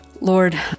Lord